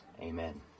Amen